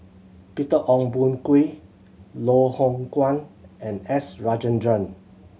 Peter Ong Boon Kwee Loh Hoong Kwan and S Rajendran